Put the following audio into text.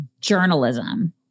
journalism